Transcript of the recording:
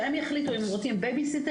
שהם יחליטו אם הם רוצים בייביסיטר,